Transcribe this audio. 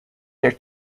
their